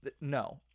No